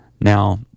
Now